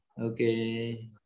okay